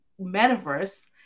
metaverse